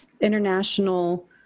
international